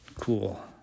Cool